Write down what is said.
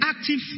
active